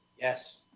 Yes